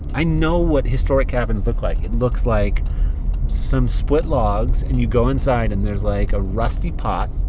i know what historic cabins look like. it looks like some split logs. and you go inside, and there's, like, a rusty pot.